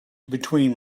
between